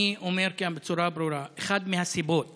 אני אומר כאן בצורה ברורה: אחת הסיבות